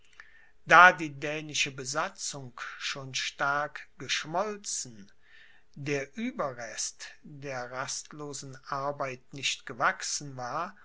da die dänische besatzung schon stark geschmolzen der ueberrest der rastlosen arbeit nicht gewachsen war